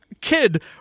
kid